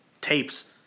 tapes